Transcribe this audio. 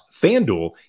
FanDuel